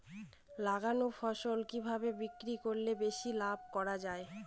লাগানো ফসল কিভাবে বিক্রি করলে বেশি লাভ করা যায়?